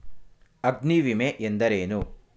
ಅಗ್ನಿವಿಮೆ ಎಂದರೇನು?